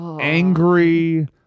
angry